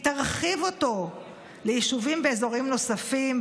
היא תרחיב אותו ליישובים באזורים נוספים,